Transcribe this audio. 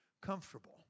comfortable